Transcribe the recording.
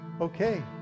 Okay